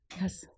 yes